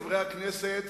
חברי הכנסת,